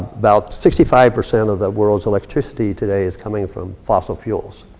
about sixty five percent of the world's electricity today is coming from fossil fuels.